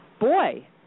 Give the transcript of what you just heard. Boy